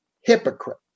hypocrite